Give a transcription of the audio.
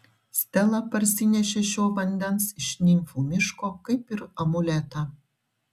stela parsinešė šio vandens iš nimfų miško kaip ir amuletą